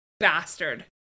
bastard